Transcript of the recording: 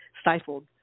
stifled